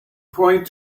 point